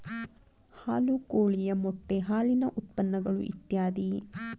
ಹಾಲು ಕೋಳಿಯ ಮೊಟ್ಟೆ ಹಾಲಿನ ಉತ್ಪನ್ನಗಳು ಇತ್ಯಾದಿ